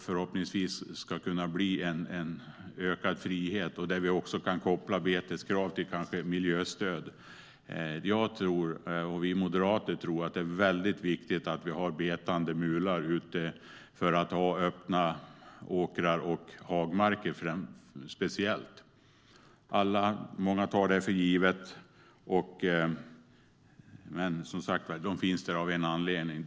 Förhoppningsvis ska det kunna bli en ökad frihet, och vi kan kanske koppla beteskrav till miljöstöd. Vi moderater tror att det är viktigt att vi har betande mular ute för att ha öppna åkrar och hagmarker, speciellt. Många tar detta för givet, men djuren finns där av en anledning.